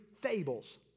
fables